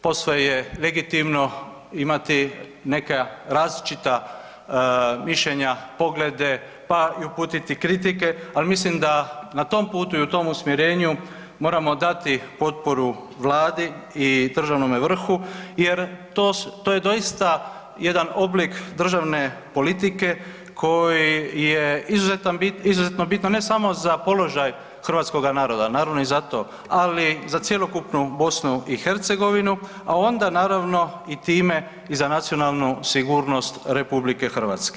Posve je legitimno imati neka različita mišljenja, poglede pa i uputiti kritike, ali mislim da na tom putu i u tom usmjerenju moramo dati potporu Vladi i državnome vrhu jer to je doista jedan oblik državne politike koji je izuzetno bitno ne samo za položaj hrvatskoga naroda, naravno i za to, ali za cjelokupnu BiH, a onda naravno i time i za nacionalnu sigurnost RH.